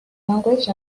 language